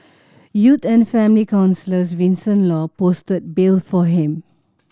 youth and family counsellor Vincent Law posted bail for him